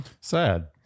Sad